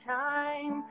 time